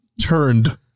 turned